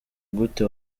gute